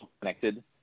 connected